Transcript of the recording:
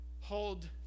hold